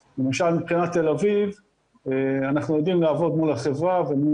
מבחינת תל אביב אנחנו יודעים לעבוד מול החברה ומול